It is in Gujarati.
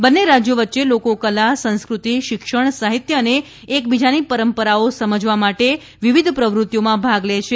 બંને રાજયો વચ્ચે લોકો કલા સંસ્કૃતિ શિક્ષણ સાહિત્ય અને એકબીજાની પરંપરાઓ સમજવા માટે વિવિધ પ્રવૃત્તિઓમાં ભાગ લે છે